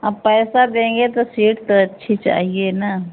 अब पैसा देंगे तो सीट तो अच्छी चाहिए ना